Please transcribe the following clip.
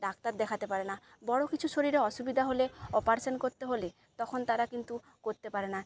doctor দেখাতে পারেনা বড়ো কিছু শরীরে অসুবিধা হলে অপারেশান করতে হলে তখন তারা কিন্তু করতে পারেনা